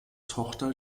tochter